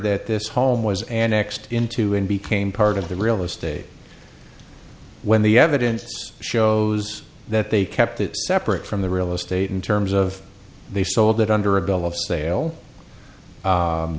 that this home was annexed into and became part of the real estate when the evidence shows that they kept it separate from the real estate in terms of they sold it under a bill of sale